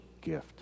gift